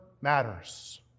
matters